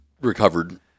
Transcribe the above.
recovered